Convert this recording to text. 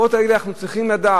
בתקופות האלה אנחנו צריכים לדעת